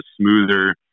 smoother